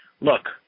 Look